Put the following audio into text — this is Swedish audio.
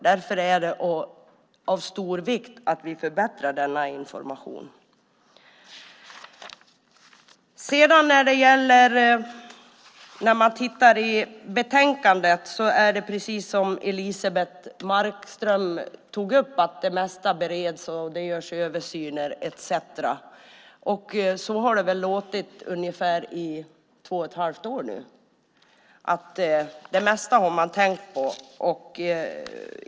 Därför är det av stor vikt att vi förbättrar denna information. När man tittar i betänkandet är det precis som Elisebeht Markström tog upp - det mesta bereds, det görs översyner etcetera. Så har det låtit i ungefär två och ett halvt år nu; det mesta har man tänkt på.